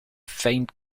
faint